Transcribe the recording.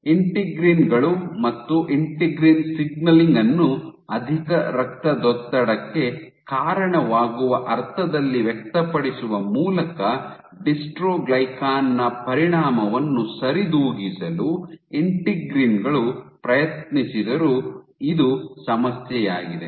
integrin ಗಳು ಮತ್ತು integrin signalling ಅನ್ನು ಅಧಿಕ ರಕ್ತದೊತ್ತಡಕ್ಕೆ ಕಾರಣವಾಗುವ ಅರ್ಥದಲ್ಲಿ ವ್ಯಕ್ತಪಡಿಸುವ ಮೂಲಕ ಡಿಸ್ಟ್ರೊಗ್ಲೈಕಾನ್ ನ ಪರಿಣಾಮವನ್ನು ಸರಿದೂಗಿಸಲು ಇಂಟಿಗ್ರೀನ್ ಗಳು ಪ್ರಯತ್ನಿಸಿದರೂ ಇದು ಸಮಸ್ಯೆಯಾಗಿದೆ